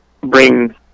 bring